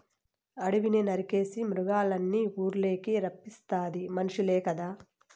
అడివిని నరికేసి మృగాల్నిఊర్లకి రప్పిస్తాది మనుసులే కదా